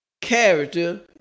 character